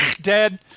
Dead